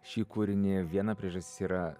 šį kūrinį viena priežastis yra